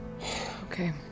Okay